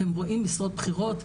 אתם רואים משרות בכירות,